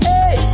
Hey